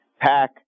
Pack